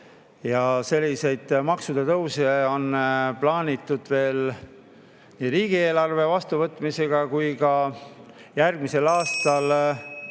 Selliseid maksude tõuse on plaanitud veel nii riigieelarve vastuvõtmisega kui ka järgmisel aastal